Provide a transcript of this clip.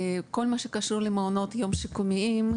כל מה שקשור למעונות יום שיקומיים,